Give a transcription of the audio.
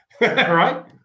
Right